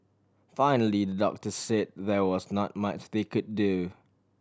finally doctor say there was not much they could do